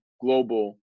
global